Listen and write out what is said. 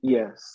Yes